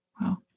Wow